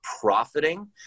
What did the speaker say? profiting